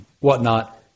whatnot